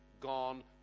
gone